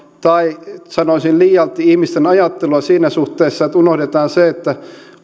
tai sanoisin liialti ihmisten ajattelua siinä suhteessa että unohdetaan se että